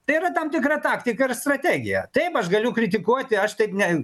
tai yra tam tikra taktika ir strategija taip aš galiu kritikuoti aš taip ne